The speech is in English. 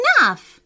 enough